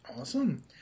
Awesome